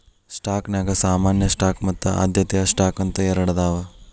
ಸ್ಟಾಕ್ನ್ಯಾಗ ಸಾಮಾನ್ಯ ಸ್ಟಾಕ್ ಮತ್ತ ಆದ್ಯತೆಯ ಸ್ಟಾಕ್ ಅಂತ ಎರಡದಾವ